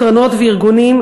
קרנות וארגונים,